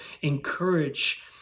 encourage